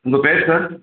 உங்கப் பேர் சார்